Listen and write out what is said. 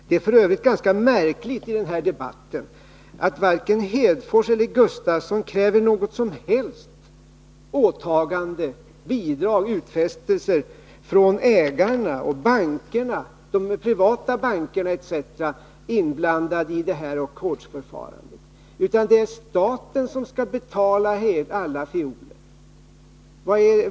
Det är f. ö. ganska märkligt i denna debatt att varken Lars Hedfors eller Åke Gustavsson kräver några som helst åtaganden, bidrag, utfästelser från ägarna och de privata bankerna etc. som är inblandade i detta ackordsförfarande, utan de anser att det är staten som skall betala fiolerna.